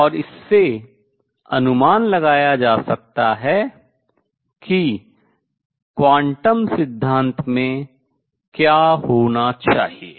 और इससे अनुमान लगाया जा सकता है कि क्वांटम सिद्धांत में क्या होना चाहिए